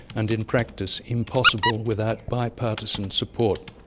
and in practice impossible without bipartisan support.